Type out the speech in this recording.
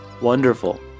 wonderful